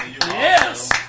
Yes